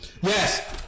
Yes